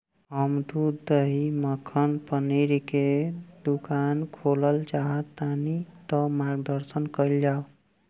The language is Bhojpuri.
हम दूध दही मक्खन पनीर के दुकान खोलल चाहतानी ता मार्गदर्शन कइल जाव?